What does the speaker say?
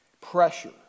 Pressure